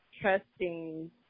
trusting